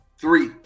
Three